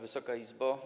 Wysoka Izbo!